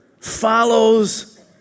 follows